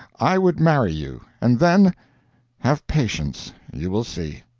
i would marry you and then have patience. you will see.